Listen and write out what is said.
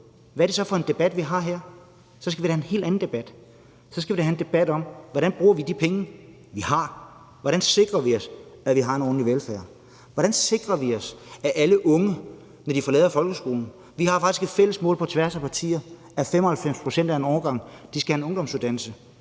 Hvad er det så for en debat, vi har her? Så skal vi da have en helt anden debat. Så skal vi da have en debat om, hvordan vi bruger de penge, vi har. Hvordan sikrer vi, at vi har en ordentlig velfærd? Hvordan sikrer vi, at alle unge, når de forlader folkeskolen, får en ungdomsuddannelse? Vi har faktisk et fælles mål på tværs af partier, nemlig at 95 pct. af en årgang skal have en ungdomsuddannelse.